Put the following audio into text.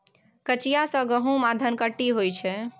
कचिया सँ गहुम आ धनकटनी होइ छै